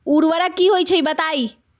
उर्वरक की होई छई बताई?